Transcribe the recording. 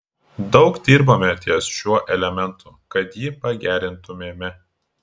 daug dirbame ties šiuo elementu kad jį pagerintumėme